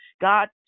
God